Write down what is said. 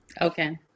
Okay